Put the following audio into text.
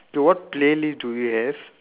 okay what playlist do you have